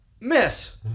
Miss